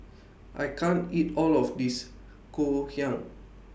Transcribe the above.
I can't eat All of This Ngoh Hiang